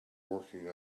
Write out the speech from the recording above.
working